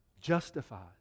Justified